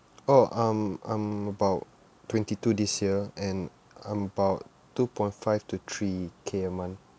oh um I'm about twenty two this year and um about two point five to three K a month